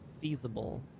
feasible